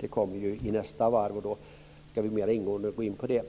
Det kommer upp i nästa avsnitt, och då ska vi mera ingående gå in på det.